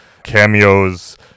Cameos